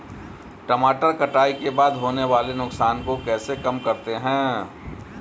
टमाटर कटाई के बाद होने वाले नुकसान को कैसे कम करते हैं?